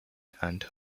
and